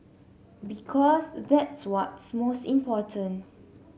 because that's what's most important